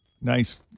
Nice